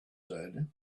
said